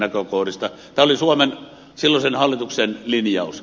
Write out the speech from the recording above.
tämä oli suomen silloisen hallituksen linjaus